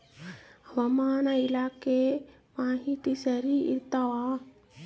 ಹವಾಮಾನ ಇಲಾಖೆ ಮಾಹಿತಿ ಸರಿ ಇರ್ತವ?